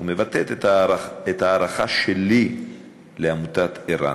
ומבטא את ההערכה שלי לעמותת ער"ן.